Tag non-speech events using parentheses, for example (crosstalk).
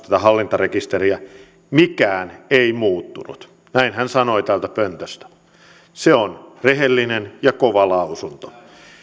(unintelligible) tätä hallintarekisteriä mikään ei muuttunut näin hän sanoi täältä pöntöstä se on rehellinen ja kova lausunto